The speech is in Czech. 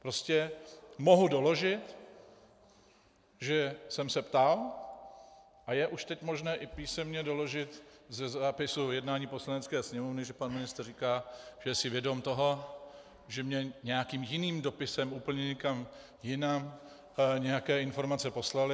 Prostě mohu doložit, že jsem se ptal, a je už teď možné i písemně doložit ze zápisu jednání Poslanecké sněmovny, že pan ministr říká, že je si vědom toho, že mě nějakým jiným dopisem úplně někam jinam nějaké informace poslali.